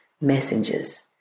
messengers